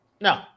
No